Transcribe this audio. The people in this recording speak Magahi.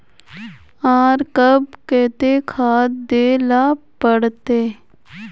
आर कब केते खाद दे ला पड़तऐ?